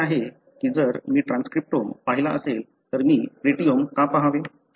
असे आहे की जर मी ट्रान्सक्रिप्टोम पाहिला असेल तर मी प्रोटीओम का पाहावे